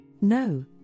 No